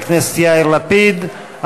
לפני שיצביעו בעד,